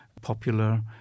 popular